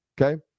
okay